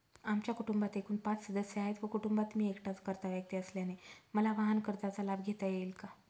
आमच्या कुटुंबात एकूण पाच सदस्य आहेत व कुटुंबात मी एकटाच कर्ता व्यक्ती असल्याने मला वाहनकर्जाचा लाभ घेता येईल का?